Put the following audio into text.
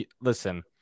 listen